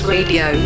Radio